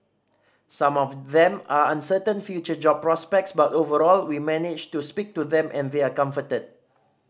some of them are uncertain future job prospects but overall we managed to speak to them and they are comforted